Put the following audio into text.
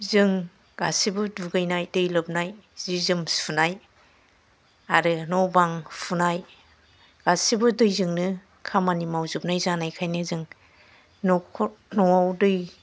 जों गासैबो दुगैनाय दै लोबनाय जि जोम सुनाय आरो न' बां हुनाइ गासिबो दैजोंनो खामानि मावजोबनाय जानायखायनो जों न'आव दै